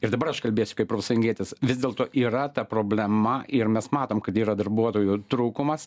ir dabar aš kalbėsiu kaip profsajungietis vis dėlto yra ta problema ir mes matom kad yra darbuotojų trūkumas